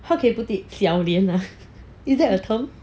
how do you put it hiao lian ah is that a term